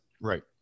Right